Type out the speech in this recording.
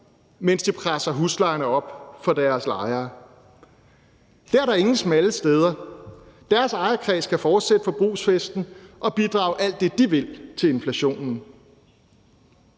mens de presser huslejerne op for deres lejere. Kl. 14:37 Der er der ingen smalle steder, deres ejerkreds kan fortsætte forbrugsfesten og bidrage alt det, de vil, til inflationen.